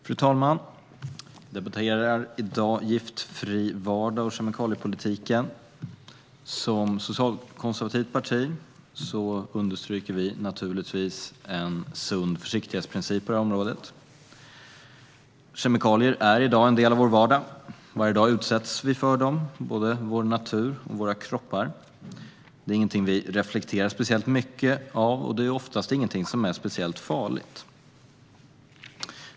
Fru talman! Vi debatterar i dag giftfri vardag och kemikaliepolitiken. Som socialkonservativt parti förespråkar vi naturligtvis en sund försiktighetsprincip på det här området. Kemikalier är i dag en del av vår vardag. Varje dag utsätts vi för dem, både vår natur och våra kroppar. Det är ingenting som vi reflekterar speciellt mycket över, och det är oftast ingenting som är speciellt farligt.